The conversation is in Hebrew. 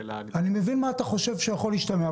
אני מבין מה אתה חושב שיכול להשתמע,